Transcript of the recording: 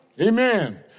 Amen